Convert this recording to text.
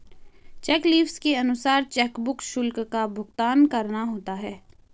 check leaves के अनुसार chequebook शुल्क का भुगतान करना होता है